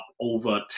over